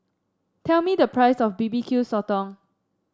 tell me the price of B B Q Sotong